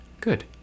Good